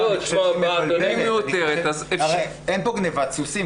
אין כאן גניבת סוסים.